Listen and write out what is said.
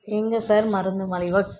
எங்கே சார் மருந்து மலிவா